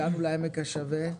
הגענו לעמק השווה.